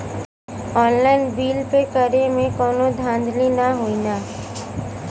Online bill pay करे में कौनो धांधली ना होई ना?